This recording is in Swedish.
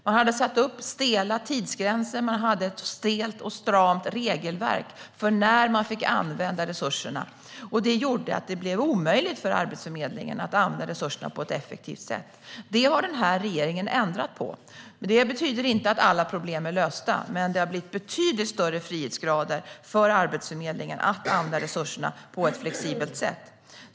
Man hade satt upp stela tidsgränser, och man hade ett stelt och stramt regelverk för när den fick använda resurserna. Det gjorde att det blev omöjligt för Arbetsförmedlingen att använda resurserna på ett effektivt sätt. Det har den här regeringen ändrat på. Det betyder inte att alla problem är lösta, men det har blivit betydligt större frihetsgrader för Arbetsförmedlingen att använda resurserna på ett flexibelt sätt.